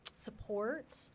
support